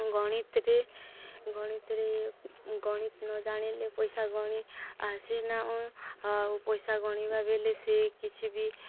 ଗଣିତରେ ଗଣିତରେ ଗଣିତ ନ ଜାଣିଲେ ପଇସା ଗଣି ଆସେନା ଆଉ ପଇସା ଗଣିବା ବେଲେ ସେ କିଛି ବି